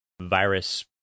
virus